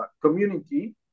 community